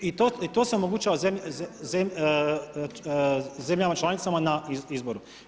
I to se omogućava zemljama članicama na izbor.